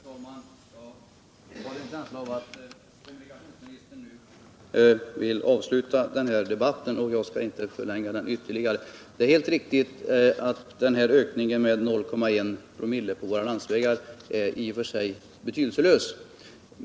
Herr talman! Jag har en känsla av att kommunikationsministern nu vill avsluta debatten, och jag skall inte förlänga den ytterligare. Det är helt riktigt att ökningen med 0,1 ?/oo för våra landsvägar i och för sig är betydelselös.